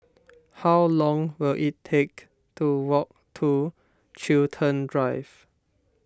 how long will it take to walk to Chiltern Drive